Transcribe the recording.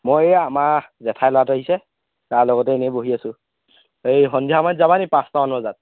মই আমাৰ জেঠাই ল'ৰাটো আহিছে তাৰ লগতে এনেই বহি আছোঁ এই সন্ধিয়া সময়ত যাবা নি পাঁচটা মান বজাত